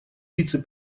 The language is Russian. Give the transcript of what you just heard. вице